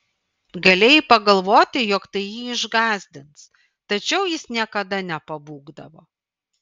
galėjai pagalvoti jog tai jį išgąsdins tačiau jis niekada nepabūgdavo